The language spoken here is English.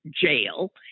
jail